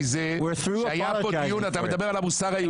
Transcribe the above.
מזה שהיה פה דיון אתה מדבר על המוסר היהודי?